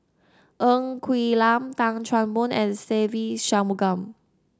Ng Quee Lam Tan Chan Boon and Se Ve Shanmugam